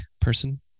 person